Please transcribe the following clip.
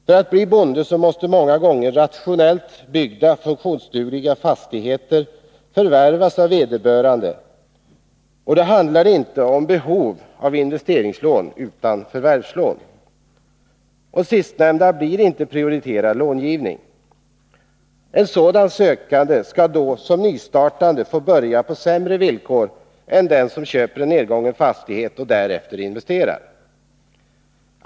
För att bli bonde måste den person som det gäller många gånger förvärva rationellt byggda och funktionsdugliga fastigheter, och då handlar det inte om behov av investeringslån utan om behov av förvärvslån. Sistnämnda låneform blir inte prioriterad långivning. En sådan sökande skall då som nystartande få börja på sämre villkor än den som köper en nedgången fastighet och därefter investerar.